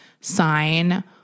sign